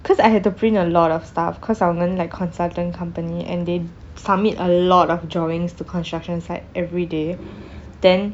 because I had to print a lot of stuff cause I was in like consultant company and they submit a lot of drawings to construction site everyday then